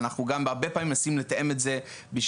ואנחנו גם הרבה פעמים מנסים לתאם את זה בשבילם,